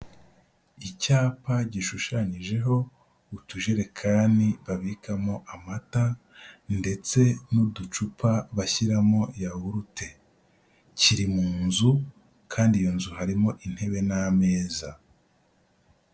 Icyapa gishushanyijeho utujerekani babikamo amata ndetse n'uducupa bashyiramo yahurute, kiri mu nzu kandi iyo nzu harimo intebe n'ameza.